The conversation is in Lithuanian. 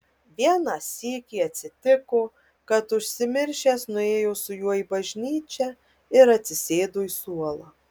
vieną sykį atsitiko kad užsimiršęs nuėjo su juo į bažnyčią ir atsisėdo į suolą